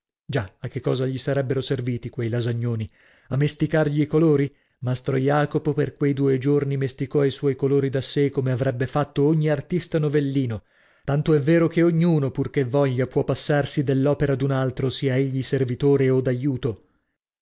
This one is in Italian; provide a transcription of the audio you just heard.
già a che cosa gli sarebbero serviti quei lasagnoni a mesticargli i colori mastro jacopo per quei due giorni mesticò i suoi colori da sè come avrebbe fatto ogni artista novellino tanto è vero che ognuno purchè voglia più passarsi dell'opera d'un altro sia egli servitore od aiuto